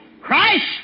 Christ